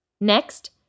Next